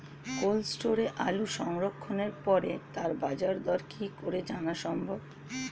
Cold স্টোরে আলু সংরক্ষণের পরে তার বাজারদর কি করে জানা সম্ভব?